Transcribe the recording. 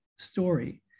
story